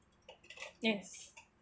yes